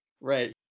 Right